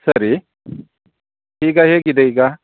ಸರಿ ಈಗ ಹೇಗಿದೆ ಈಗ